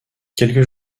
quelques